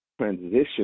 transition